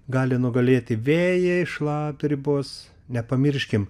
gali nugalėti vėjai šlapdribos nepamirškim